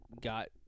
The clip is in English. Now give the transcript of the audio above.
got